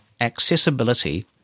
accessibility